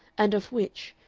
and of which,